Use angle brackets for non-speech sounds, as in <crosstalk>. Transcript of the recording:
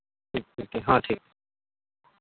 <unintelligible> ᱦᱚᱸ ᱴᱷᱤᱠ